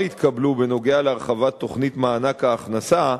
התקבלו בנוגע להרחבת תוכנית מענק ההכנסה,